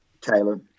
Taylor